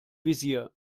visier